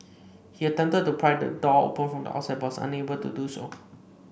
he attempted to pry the door open from the outside but was unable to do so